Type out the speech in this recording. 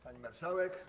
Pani Marszałek!